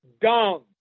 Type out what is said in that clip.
Dumb